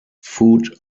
food